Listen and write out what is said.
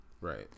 Right